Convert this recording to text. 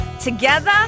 together